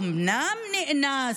אומנם נאנסת,